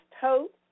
hope